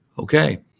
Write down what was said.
Okay